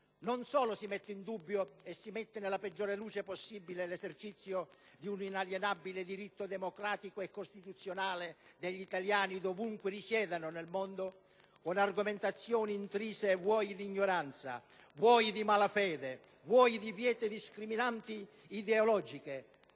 Non solo si mette in dubbio e nella peggiore luce possibile l'esercizio di un inalienabile diritto democratico e costituzionale degli italiani, dovunque risiedano nel mondo, con argomentazioni intrise o di ignoranza, o di malafede o di viete discriminanti ideologiche,